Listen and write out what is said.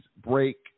break